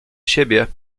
siebie